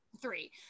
three